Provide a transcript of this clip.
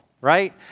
right